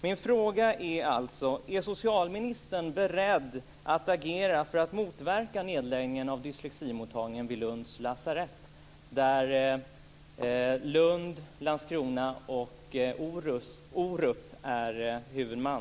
Min fråga är alltså: Är socialministern beredd att agera för att motverka nedläggningen av dyxleximottagningen vid Lunds lasarett, där Lund, Landskrona och Orup i dag är huvudman?